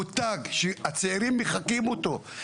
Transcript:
מותג שהצעירים מחקים אותו.